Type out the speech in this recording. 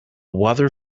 weather